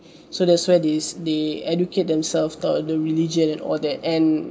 so that's where this they educate themselves about the religion and all that and